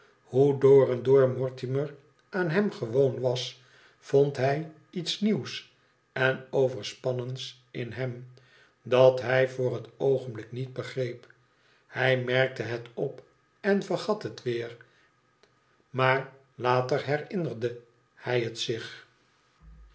door en door mortimer aan hem gewoon was vond hij iets nieuws en overspannens in hem dat hij voor het oogenblik niet begreep hij merkte het op en vergat het weer maar later herinnerde hij het zich